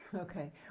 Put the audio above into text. Okay